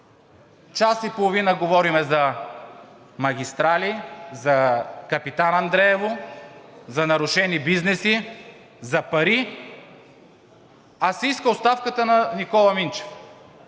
час и половина говорим за магистрали, за Капитан Андреево, за нарушени бизнеси, за пари, а се иска оставката на Никола Минчев?!